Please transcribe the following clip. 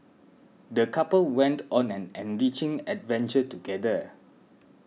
the couple went on an enriching adventure together